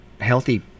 healthy